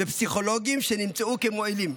ופסיכולוגיים שנמצאו מועילים.